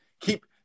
keep